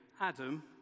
adam